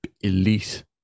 elite